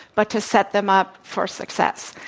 but to set them up for success.